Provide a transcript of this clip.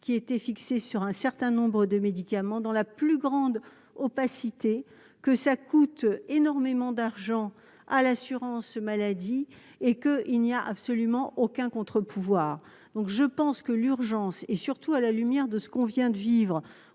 qui était fixé sur un certain nombre de médicaments dans la plus grande opacité que ça coûte énormément d'argent à l'assurance maladie et que il n'y a absolument aucun contre-pouvoir, donc je pense que l'urgence et surtout à la lumière de ce qu'on vient de vivre